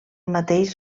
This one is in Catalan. mateix